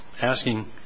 asking